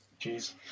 Jeez